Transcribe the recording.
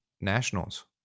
nationals